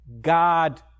God